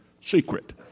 secret